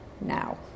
now